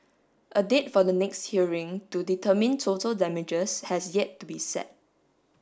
a date for the next hearing to determine total damages has yet to be set